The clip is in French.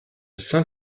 saint